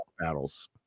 Battles